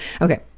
Okay